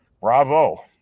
bravo